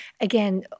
again